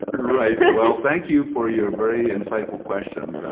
right. well, thank you for your very insightful questions,